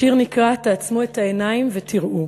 השיר נקרא "תעצמו את העיניים ותראו":